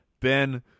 Ben